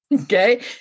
Okay